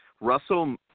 Russell